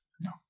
No